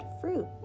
fruit